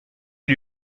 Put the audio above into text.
lui